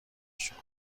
شکوه